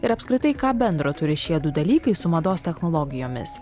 ir apskritai ką bendro turi šie du dalykai su mados technologijomis